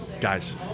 guys